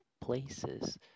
places